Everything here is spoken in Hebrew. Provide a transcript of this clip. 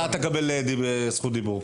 גם אתה תקבל זכות דיבור,